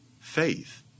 faith